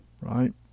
right